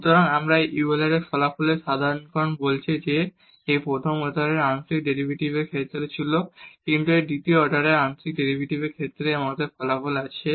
সুতরাং এই ইউলারের ফলাফলের সাধারণীকরণ বলছে যে তাই এটি প্রথম অর্ডারের আংশিক ডেরিভেটিভের ক্ষেত্রে ছিল কিন্তু দ্বিতীয় অর্ডারের আংশিক ডেরিভেটিভের ক্ষেত্রেও আমাদের ফলাফল আছে